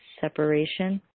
separation